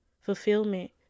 Fulfillment